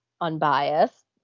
unbiased